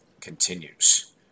continues